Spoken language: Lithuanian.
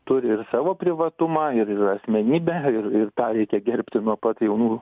turi ir savo privatumą ir asmenybę ir tą reikia gerbti nuo pat jaunų